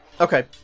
Okay